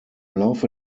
laufe